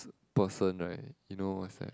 person right you know what's that